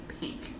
pink